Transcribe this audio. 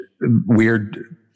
weird